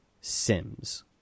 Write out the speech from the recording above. Sims